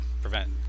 prevent